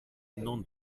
non